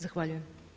Zahvaljujem.